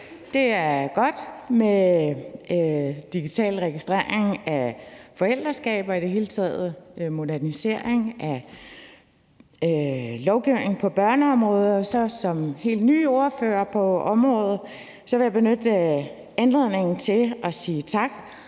Det er godt med digital registrering af forældreskab og i det hele taget modernisering af lovgivningen på børneområdet. Som helt ny ordfører på området vil jeg benytte anledningen til at sige tak